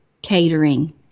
catering